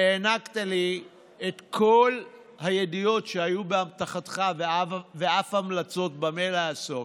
והענקת לי את כל הידיעות שהיו באמתחתך ואף המלצות במה לעסוק.